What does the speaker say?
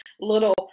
little